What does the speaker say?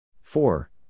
four